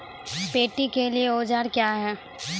Paddy के लिए औजार क्या हैं?